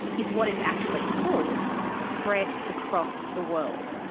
is what it's actually called spread across the world.